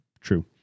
true